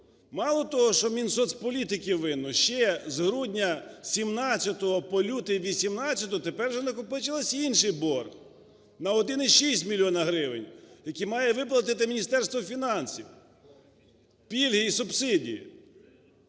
Мало того, що Мінсоцполітики винне, ще з грудня 17-го по лютий 18-го тепер вже накопичився інший борг на 1,6 мільйонів гривень, які має виплатити Міністерство фінансів, пільги і субсидії.